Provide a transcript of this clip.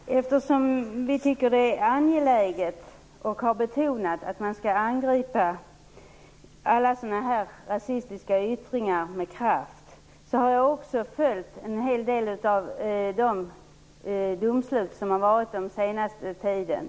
Fru talman! Eftersom vi tycker att det är angeläget och har betonat att man skall angripa alla sådana här rasistiska yttringar med kraft har jag också följt en hel del av de domslut som förekommit den senaste tiden.